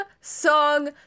Song